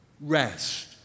Rest